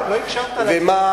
לא הקשבת לי.